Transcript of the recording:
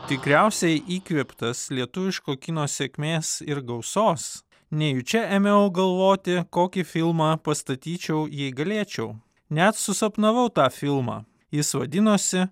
tikriausiai įkvėptas lietuviško kino sėkmės ir gausos nejučia ėmiau galvoti kokį filmą pastatyčiau jei galėčiau net susapnavau tą filmą jis vadinosi